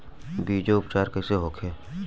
बीजो उपचार कईसे होखे?